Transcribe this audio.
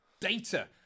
Data